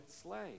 slave